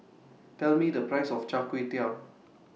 Tell Me The Price of Char Kway Teow